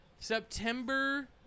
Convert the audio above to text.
September